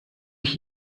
ich